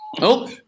Nope